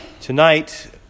Tonight